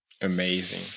Amazing